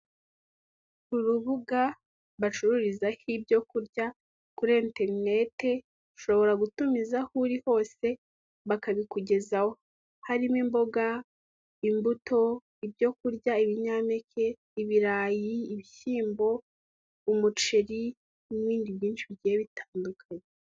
Urubuga bacururizaho ibyo kurya kuri interinete, ushobora gutumiza aho uri hose bakabikugezaho harimo imboga, imbuto, ibyo kurya, ibinyampeke, ibirayi, ibishyimbo, umuceri n'ibindi byinshi bigiye bitandukanye.